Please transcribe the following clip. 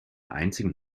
einzigen